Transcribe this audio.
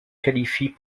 qualifie